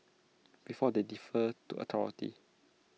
because they defer to authority